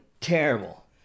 terrible